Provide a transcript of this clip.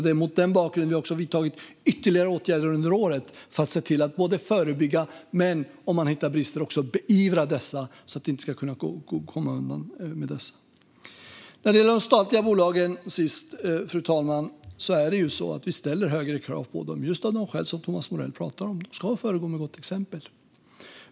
Det är mot denna bakgrund vi har vidtagit ytterligare åtgärder under året för att både förebygga och beivra eventuella brister så att det inte ska gå att komma undan med dessa. Fru talman! Vi ställer högre krav på statliga bolag, just av de skäl som Thomas Morell nämner. De ska föregå med gott exempel.